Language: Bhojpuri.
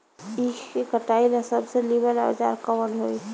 ईख के कटाई ला सबसे नीमन औजार कवन होई?